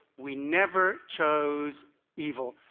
we never chose evil.